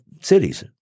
cities